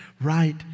right